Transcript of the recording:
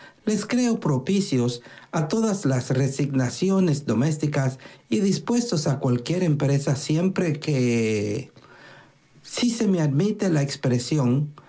les creo propicios a todas las resignaciones domésticas y dispuestos a cualquier empresa siempre que si se me admite la expresión